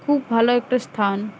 খুব ভালো একটা স্থান